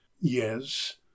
yes